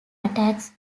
attacks